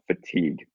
fatigue